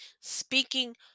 Speaking